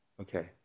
Okay